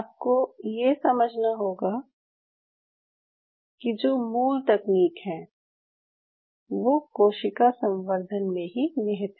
आपको ये समझना होगा कि जो मूल तकनीक हैं वो कोशिका संवर्धन में ही निहित हैं